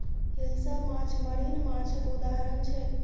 हिलसा माछ मरीन माछक उदाहरण छै